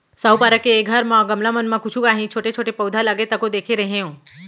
साहूपारा के घर म गमला मन म कुछु कॉंहीछोटे छोटे पउधा लगे तको देखे रेहेंव